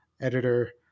editor